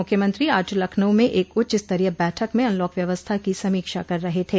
मुख्यमंत्री आज लखनऊ में एक उच्चस्तरीय बैठक में अनलॉक व्यवस्था की समीक्षा कर रहे थे